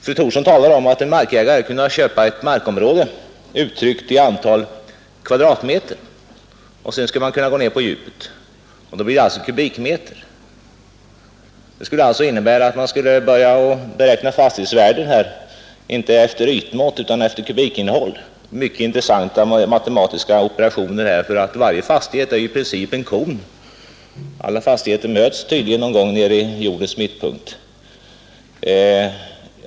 Fru Thorsson talar om att en markägare kunnat köpa ett markområde uttryckt i antal kvadratmeter och sedan skulle han kunna gå ned på djupet, då blir det fråga om kubikmeter. Det skulle alltså innebära att man skulle börja beräkna fastighetsvärden inte efter ytmått utan efter kubikinnehåll. Det blir mycket intressanta matematiska operationer därför att varje fastighet är ju i princip en kon och alla fastigheter möts tydligen nere vid jordens mittpunkt.